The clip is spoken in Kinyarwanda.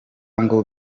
ngo